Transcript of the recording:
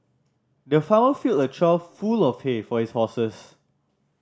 the farmer filled a trough full of hay for his horses